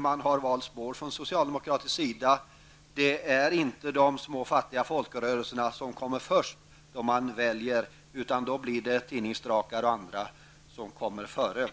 Man har valt spår från socialdemokratins sida. Det är inte de små fattiga folkrörelserna som kommer först. När man väljer kommer tidningsdrakar och andra före.